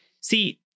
See